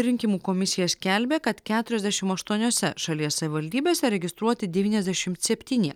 rinkimų komisija skelbė kad keturiasdešim aštuoniose šalies savivaldybėse registruoti devyniasdešimt septyni